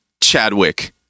Chadwick